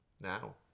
now